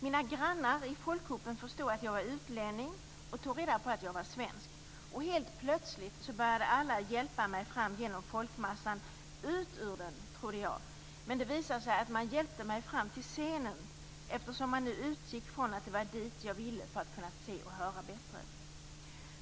Mina grannar i folkhopen förstod att jag var utlänning och tog reda på att jag var svensk. Helt plötsligt började alla hjälpa mig fram genom folkmassan ut ur den, trodde jag, men det visade sig att man hjälpte mig fram till scenen eftersom man utgick från att det var dit jag ville för kunna se och höra bättre.